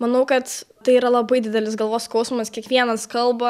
manau kad tai yra labai didelis galvos skausmas kiekvienas kalba